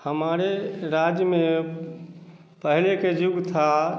हमारे राज्य में पहले के जीव था